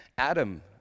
Adam